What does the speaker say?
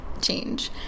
change